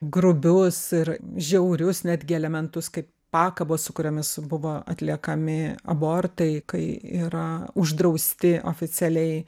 grubius ir žiaurius netgi elementus kaip pakabos su kuriomis buvo atliekami abortai kai yra uždrausti oficialiai